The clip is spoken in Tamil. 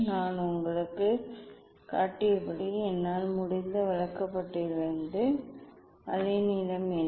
நான் உங்களுக்குக் காட்டியபடி என்னால் முடிந்த விளக்கப்படத்திலிருந்து அலைநீளம் என்ன